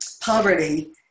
poverty